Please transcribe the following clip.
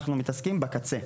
אנחנו מתעסקים בקצה.